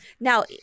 Now